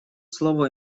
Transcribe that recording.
слово